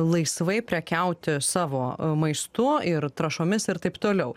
laisvai prekiauti savo maistu ir trąšomis ir taip toliau